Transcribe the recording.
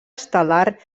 estel·lar